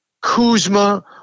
Kuzma